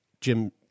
Jim